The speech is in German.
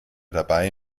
dabei